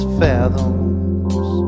fathoms